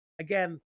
Again